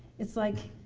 it's like,